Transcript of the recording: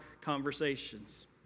conversations